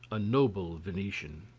a noble venetian.